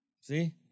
see